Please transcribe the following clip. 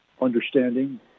understanding